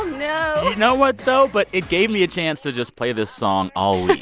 no you know what, though? but it gave me a chance to just play this song all week,